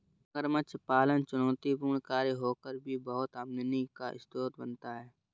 मगरमच्छ पालन चुनौतीपूर्ण कार्य होकर भी बहुत आमदनी का स्रोत बनता है